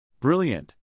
Brilliant